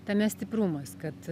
tame stiprumas kad